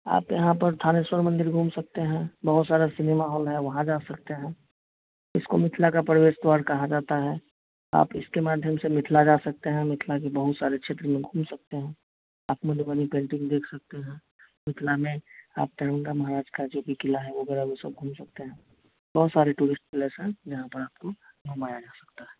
आप यहाँ पर थानेश्वर मंदिर घूम सकते हैं बहुत सारे सिनेमा हॉल है वहाँ जा सकते हैं इसको मिथिला का प्रवेश द्वार कहा जाता है आप इसके माध्यम से मिथिला जा सकते हैं मिथिला के बहुत सारे क्षेत्र में घूम सकते हैं आपने लोगों ने पेंटिंग देख सकते हैं मिथिला में आप तोरंगा महाराज का जो भी क़िला है वो बग़ल उसमें घूम सकते हैं बहुत सारे टूरिस्ट प्लेस हैं जहाँ पर आपको घुमाया जा सकता है